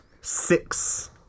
six